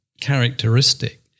characteristic